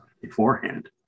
beforehand